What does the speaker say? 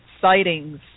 sightings